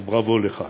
אז בראבו לך.